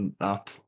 up